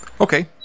Okay